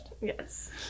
yes